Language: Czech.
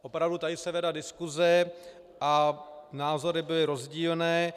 Opravdu tady se vedla diskuse a názory byly rozdílné.